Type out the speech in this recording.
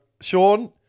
Sean